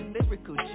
Lyrical